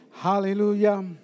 Hallelujah